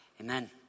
Amen